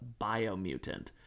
Biomutant